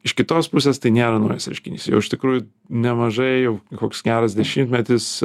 iš kitos pusės tai nėra naujas reiškinys jau iš tikrųjų nemažai jau koks geras dešimtmetis